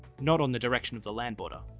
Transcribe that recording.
not on the direction of the land border.